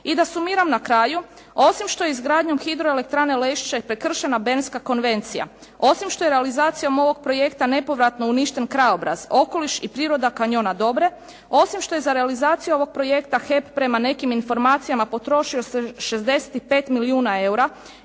I da sumiram na kraju, osim što je izgradnjom Hidroelektrane Lešće prekršena Bernska konvencija, osim što je realizacijom ovog projekta nepovratno uništen krajobraz, okoliš i priroda kanjona Dobre, osim što je za realizaciju ovog projekta HEP prema nekim informacijama potrošio 65 milijuna eura